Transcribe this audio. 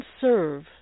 serve